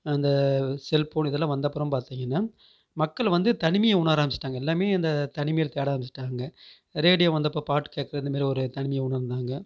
அந்த cell phone இதெல்லாம் வந்த அப்புறம் பார்த்தீங்கனா மக்கள் வந்து தனிமையை உணர ஆரம்பிச்சுட்டாங்க எல்லாமே இந்த தனிமையை தேட ஆரம்பிச்சுட்டாங்க ரேடியோ வந்தப்ப பாட்டு கேட்குறது இந்தமாதிரி தனிமையை உணர்ந்தாங்க